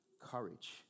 courage